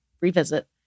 revisit